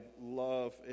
love